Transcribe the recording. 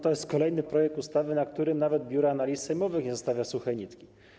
To jest kolejny projekt ustawy, na którym nawet Biuro Analiz Sejmowych nie zostawia suchej nitki.